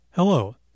Hello